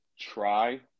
try